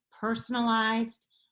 personalized